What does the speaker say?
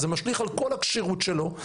זה משליך על כל הכשרות שלו.